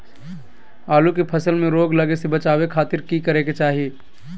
आलू के फसल में रोग लगे से बचावे खातिर की करे के चाही?